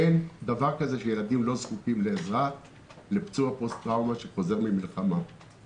אין דבר כזה שהילדים של פצוע פוסט טראומה שחוזר ממלחמה לא זקוקים לעזרה,